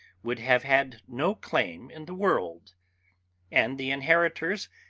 would have had no claim in the world and the inheritors,